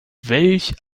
welch